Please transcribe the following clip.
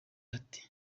ati